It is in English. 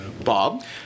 Bob